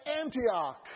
Antioch